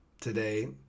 today